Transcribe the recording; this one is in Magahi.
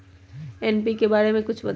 एन.पी.के बारे म कुछ बताई?